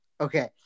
Okay